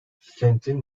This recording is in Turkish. kentin